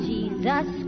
Jesus